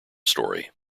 story